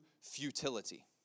futility